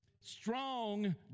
strong